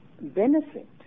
benefit